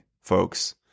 folks